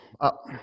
up